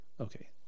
Okay